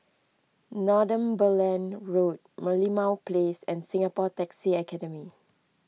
Northumberland Road Merlimau Place and Singapore Taxi Academy